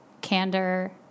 candor